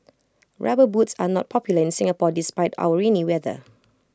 rubber boots are not popular in Singapore despite our rainy weather